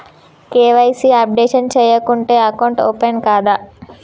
KYC updation చేయకుంటే account open కాదా?